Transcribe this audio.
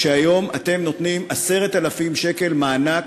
ואתם נותנים היום 10,000 שקל מענק,